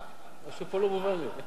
משהו פה לא מובן לי.